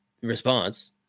response